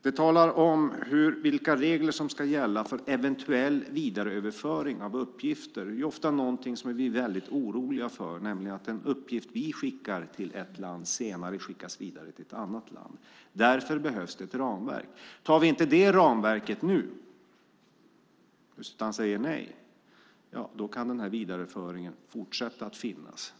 Det talas om vilka regler som ska gälla för eventuell vidareöverföring av uppgifter. Det är ofta någonting vi är väldigt oroliga för, nämligen att den uppgift vi skickar till ett land senare skickas vidare till ett annat land. Därför behövs det ett ramverk. Antar vi inte detta ramverk nu utan säger nej kan denna vidareöverföring fortsätta att finnas.